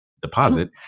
Deposit